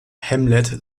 hamlet